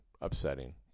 upsetting